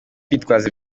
kwitwaza